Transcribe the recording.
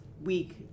week